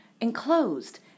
enclosed